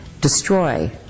destroy